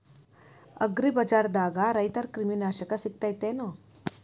ಅಗ್ರಿಬಜಾರ್ದಾಗ ರೈತರ ಕ್ರಿಮಿ ನಾಶಕ ಸಿಗತೇತಿ ಏನ್?